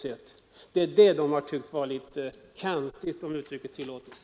Det är detta som bönderna har tyckt vara litet kantigt, om uttrycket tillåtes.